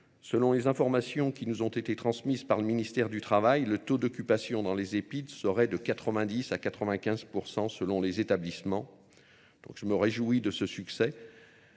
selon les informations qui nous ont été transmises par le ministère du Travail, le taux d'occupation dans les épides serait de 90 à 95% selon les établissements. Je me réjouis de ce succès.